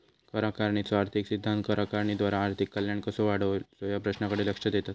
कर आकारणीचो आर्थिक सिद्धांत कर आकारणीद्वारा आर्थिक कल्याण कसो वाढवायचो या प्रश्नाकडे लक्ष देतत